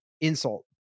insult